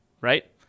right